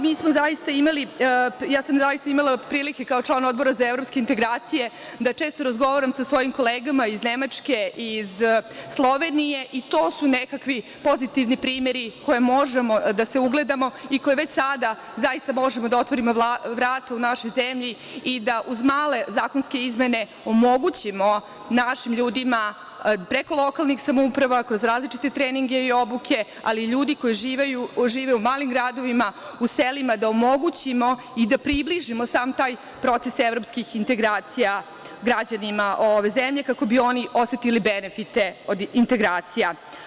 Mi smo zaista imali, ja sam zaista imala prilike kao član Odbora za evropske integracije da često razgovaram sa svojim kolegama iz Nemačke, iz Slovenije, i to su nekakvi pozitivni primeri na koje možemo da se ugledamo i koje već sada možemo da otvorimo vrata u našoj zemlji i da uz male zakonske izmene omogućimo našim ljudima preko lokalnih samouprava, kroz različite treninge i obuke, ali ljudi koji žive u malim gradovima, u selima, da omogućimo i da približimo sam taj proces evropskih integracija građanima ove zemlje kako bi oni osetili benefite integracija.